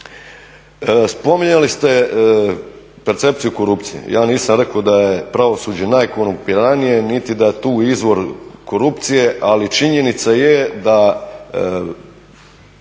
Spominjali ste percepciju korupcije. Ja nisam rekao da je pravosuđe najkorumpiranije niti da je tu izvor korupcije ali činjenica je da